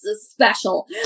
special